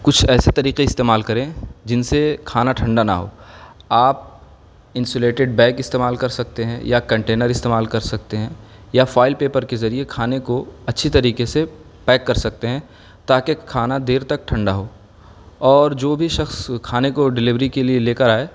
کچھ ایسے طریقے استعمال کریں جن سے کھانا ٹھنڈا نہ ہو آپ انسولیٹڈ بیگ استعمال کر سکتے ہیں یا کنٹینر استعمال کر سکتے ہیں یا فائل پیپر کے ذریعے کھانے کو اچھی تریقے سے پیک کر سکتے ہیں تاکہ کھانا دیر تک ٹھنڈا ہو اور جو بھی شخص کھانے کو ڈلیوری کے لیے لے کر آئے